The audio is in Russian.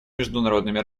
международными